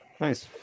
Nice